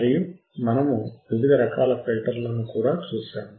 మరియు మనము వివిధ రకాల ఫిల్టర్లను కూడా చూశాము